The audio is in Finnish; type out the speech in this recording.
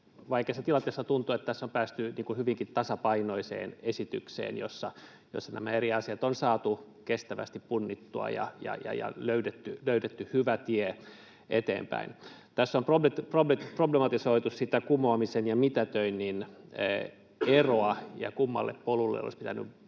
vaikeassa tilanteessa on päästy hyvinkin tasapainoiseen esitykseen, jossa nämä eri asiat on saatu kestävästi punnittua ja löydetty hyvä tie eteenpäin. Tässä on problematisoitu sitä kumoamisen ja mitätöinnin eroa ja sitä, kumpaa polkua olisi pitänyt